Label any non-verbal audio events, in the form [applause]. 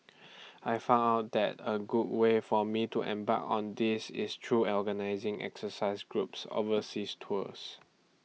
[noise] I found out that A good way for me to embark on this is through organising exercise groups overseas tours